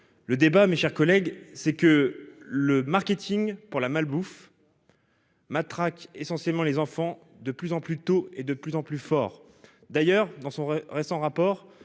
article. Mes chers collègues, le marketing pour la malbouffe matraque essentiellement les enfants, de plus en plus tôt et de plus en plus fort. D'ailleurs, dans son rapport